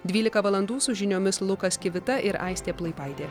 dvylika valandų su žiniomis lukas kivita ir aistė plaipaitė